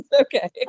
Okay